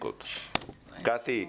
קטי,